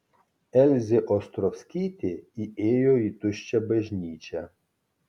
elzė ostrovskytė įėjo į tuščią bažnyčią